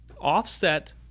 Offset